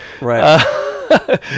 Right